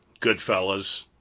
Goodfellas